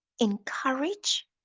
encourage